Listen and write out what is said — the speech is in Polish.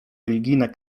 religijna